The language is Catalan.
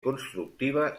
constructiva